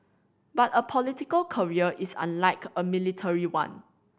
but a political career is unlike a military one